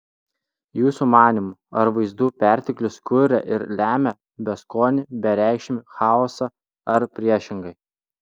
jūsų manymu ar vaizdų perteklius kuria ir lemia beskonį bereikšmį chaosą ar priešingai